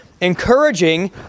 encouraging